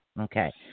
Okay